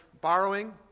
borrowing